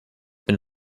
been